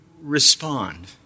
respond